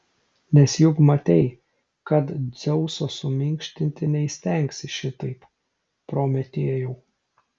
nes juk matei kad dzeuso suminkštinti neįstengsi šitaip prometėjau